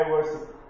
diversity